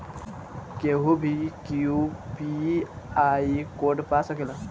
केहू भी UPI code पा सकेला?